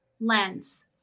lens